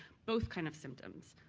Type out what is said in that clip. both kind of symptoms,